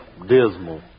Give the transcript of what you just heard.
Dismal